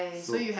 so